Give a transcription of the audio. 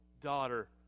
daughter